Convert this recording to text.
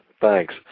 thanks